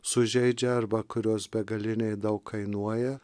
sužeidžia arba kurios begaliniai daug kainuoja